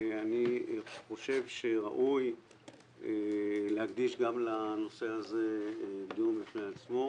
אני חושב שראוי להקדיש גם לנושא הזה דיון בפני עצמו.